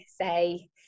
say